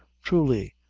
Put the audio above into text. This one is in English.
truly,